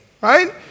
right